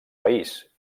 país